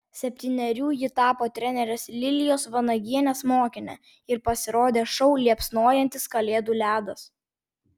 septynerių ji tapo trenerės lilijos vanagienės mokine ir pasirodė šou liepsnojantis kalėdų ledas